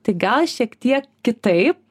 tai gal šiek tiek kitaip